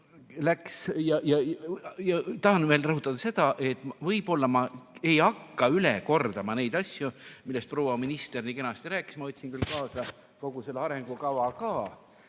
ka. Tahan veel rõhutada seda, et ma võib-olla ei hakka üle kordama neid asju, millest proua minister nii kenasti rääkis. Ma võtsin küll kaasa kogu selle arengukava ja